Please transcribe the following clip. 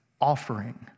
offering